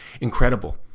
Incredible